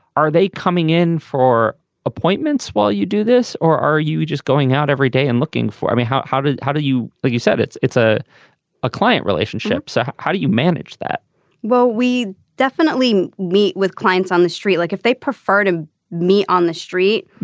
are they. coming in for appointments while you do this or are you just going out every day and looking for i mean how how do how do you like you said it's a ah ah client relationship so how do you manage that well we definitely meet with clients on the street like if they prefer to meet on the street.